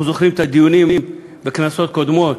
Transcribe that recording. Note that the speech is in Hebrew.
אנחנו זוכרים את הדיונים בכנסות קודמות